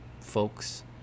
folks